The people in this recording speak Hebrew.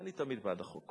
אני תמיד בעד החוק,